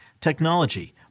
technology